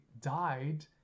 died